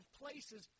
places